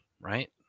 right